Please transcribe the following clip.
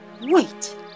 wait